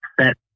set